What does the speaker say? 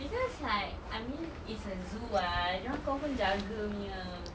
cause like I mean it's a zoo [what] dorang confirm jaga punya